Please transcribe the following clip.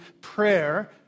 prayer